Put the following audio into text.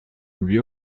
lui